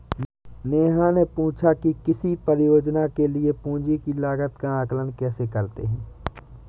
नेहा ने पूछा कि किसी परियोजना के लिए पूंजी की लागत का आंकलन कैसे करते हैं?